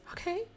Okay